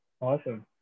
awesome